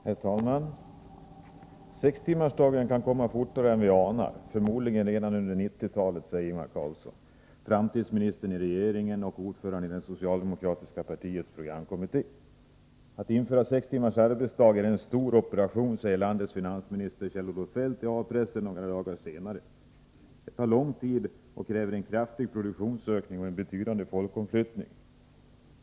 Herr talman! ”6-timmarsdagen kan komma fortare än vi anar, förmodligen redan på 1990-talet, säger Ingvar Carlsson, framtidsminister i regeringen och ordförande i det socialdemokratiska partiets programkomitté. Att införa sex timmars arbetsdag är en stor operation, säger landets finansminister Kjell-Olof Feldt till A-pressen några dagar senare. —- Det tar lång tid och kräver en kraftig produktionsökning och en betydande folkomflyttning.